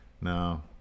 No